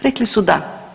Rekli su da.